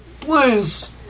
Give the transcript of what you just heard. Please